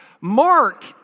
Mark